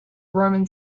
roman